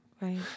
Right